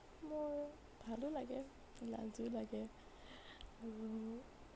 মোৰ ভালো লাগে লাজো লাগে আৰু